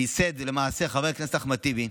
שייסד למעשה חבר הכנסת אחמד טיבי,